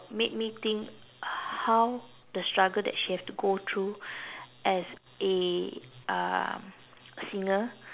made me think how the struggle that she have to go through as a um singer